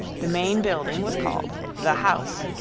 the main building was called the house,